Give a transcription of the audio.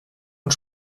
und